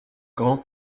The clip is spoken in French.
grands